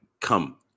come